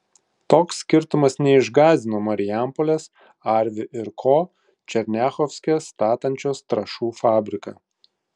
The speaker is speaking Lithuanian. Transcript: toks skirtumas neišgąsdino marijampolės arvi ir ko černiachovske statančios trąšų fabriką